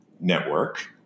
network